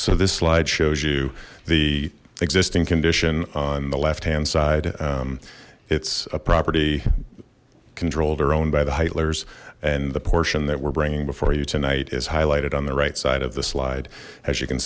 so this slide shows you the existing condition on the left hand side it's a property controlled or owned by the haight lers and the portion that we're bringing before you tonight is highlighted on the right side of the slide as you can